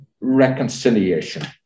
Reconciliation